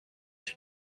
yüz